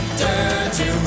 dirty